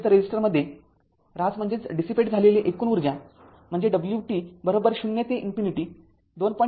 तर १Ω रोधकामध्ये ऱ्हास झालेली एकूण ऊर्जा म्हणजे wt० ते इन्फिनिटी २